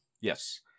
Yes